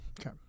Okay